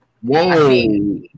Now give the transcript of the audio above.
Whoa